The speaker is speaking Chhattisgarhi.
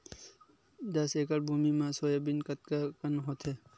दस एकड़ भुमि म सोयाबीन कतका कन होथे?